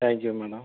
thank you madam